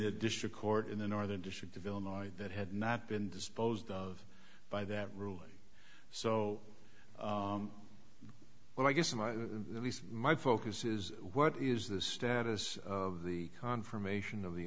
the district court in the northern district of illinois that had not been disposed of by that ruling so well i guess my my focus is what is the status of the confirmation of the